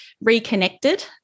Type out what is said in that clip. reconnected